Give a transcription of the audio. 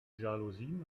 jalousien